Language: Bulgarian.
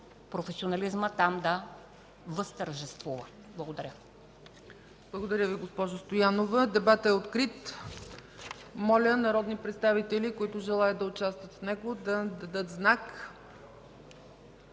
професионализмът да възтържествува. Благодаря.